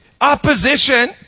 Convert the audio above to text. opposition